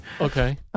Okay